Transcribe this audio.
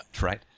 right